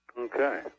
Okay